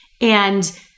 And-